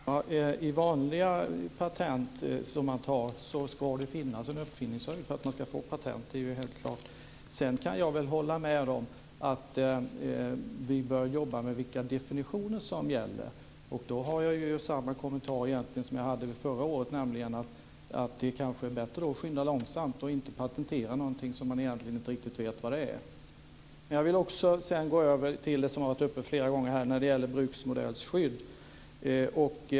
Herr talman! När man ansöker om vanliga patent ska det finnas en uppfinningshöjd för att man ska få patent. Det är ju helt klart. Sedan kan jag hålla med om att vi bör arbeta med frågan om vilka definitioner som ska gälla. Här har jag egentligen samma kommentar som jag hade förra året, nämligen att det kanske är bättre att skynda långsamt än att patentera något som man egentligen inte riktigt vet vad det är. Jag vill sedan gå över till något som har varit uppe många gånger här, nämligen det som gäller bruksmodellskydd.